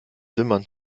wimmern